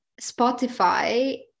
Spotify